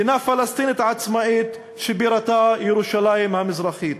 מדינה פלסטינית עצמאית שבירתה ירושלים המזרחית.